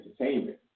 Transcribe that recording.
entertainment